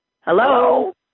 Hello